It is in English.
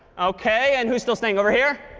ok. and who's still standing? over here?